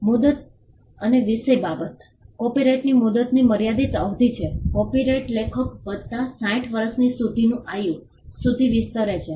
મુદત અને વિષય બાબત કોપિરાઇટની મુદતની મર્યાદિત અવધિ છે કોપિરાઇટ લેખક વત્તા 60 વર્ષ સુધીની આયુ સુધી વિસ્તરે છે